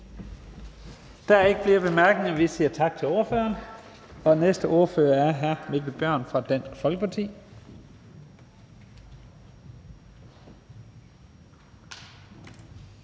er ikke flere korte bemærkninger. Vi siger tak til ordføreren. Den næste ordfører er hr. Mikkel Bjørn fra Dansk Folkeparti.